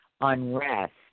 unrest